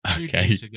Okay